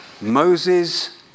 Moses